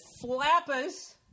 Flappers